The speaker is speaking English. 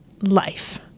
life